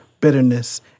bitterness